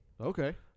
Okay